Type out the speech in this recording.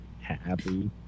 happy